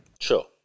Sure